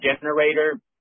generator